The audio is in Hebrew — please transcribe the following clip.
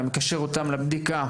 המקשר אותם לבדיקה,